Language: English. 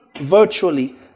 virtually